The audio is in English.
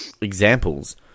examples